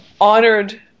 honored